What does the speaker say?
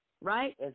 right